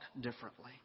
differently